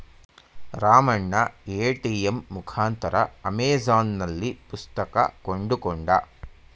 Ramanna ATM ಮುಖಾಂತರ ಅಮೆಜಾನ್ನಲ್ಲಿ ಪುಸ್ತಕ ಕೊಂಡುಕೊಂಡ